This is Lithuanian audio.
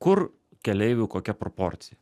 kur keleivių kokia proporcija